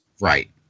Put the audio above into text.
Right